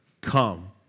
Come